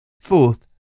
Fourth